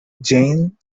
jane